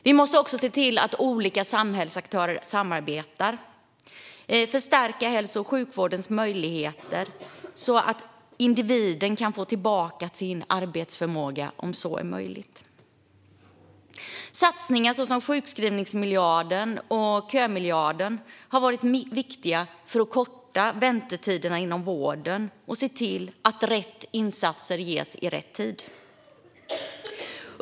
Vi måste också se till att olika samhällsaktörer samarbetar och förstärka hälso och sjukvårdens möjligheter så att individen kan få tillbaka sin arbetsförmåga om så är möjligt. Satsningar såsom sjukskrivningsmiljarden och kömiljarden har varit viktiga för att korta väntetiderna inom vården och se till att rätt insatser görs vid rätt tid.